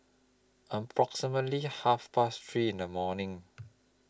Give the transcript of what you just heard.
approximately Half Past three in The morning